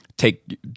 Take